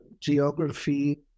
geography